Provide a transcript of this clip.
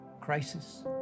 crisis